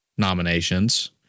nominations